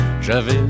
J'avais